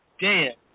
dead